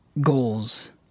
Goals